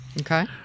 Okay